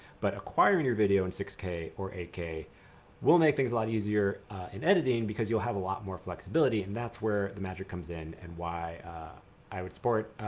but acquiring your video in six k or eight k will make things a lot easier in editing because you'll have a lot more flexibility and that's where the magic comes in and why i would support.